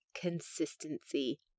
consistency